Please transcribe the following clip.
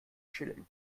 chillen